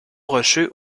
rocheux